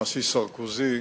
הנשיא סרקוזי,